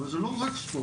אבל זה לא רק ספורט,